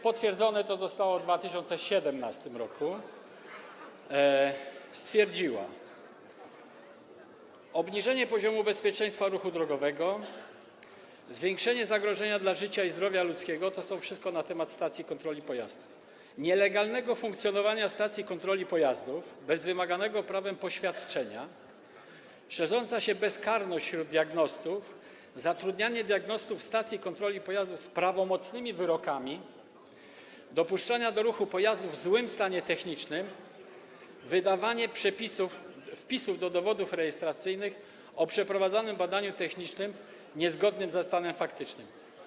potwierdzone to zostało w 2017 r., stwierdziła obniżenie poziomu bezpieczeństwa ruchu drogowego, zwiększenie zagrożenia dla życia i zdrowia ludzkiego - to wszystko na temat stacji kontroli pojazdów - nielegalne funkcjonowanie stacji kontroli pojazdów, bez wymaganego prawem poświadczenia, szerzącą się bezkarność wśród diagnostów, zatrudnianie diagnostów stacji kontroli pojazdów z prawomocnymi wyrokami, dopuszczanie do ruchu pojazdów w złym stanie technicznym, wydawanie wpisów do dowodów rejestracyjnych o przeprowadzanym badaniu technicznym niezgodnych ze stanem faktycznym.